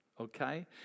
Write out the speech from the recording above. Okay